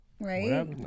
right